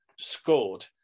scored